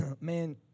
Man